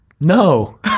No